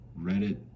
Reddit